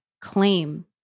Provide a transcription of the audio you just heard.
claim